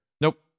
Nope